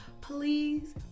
please